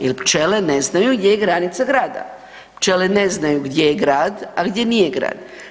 Jel pčele ne znaju gdje je granica grada, pčele ne znaju gdje je grad, a gdje nije grad.